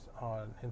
on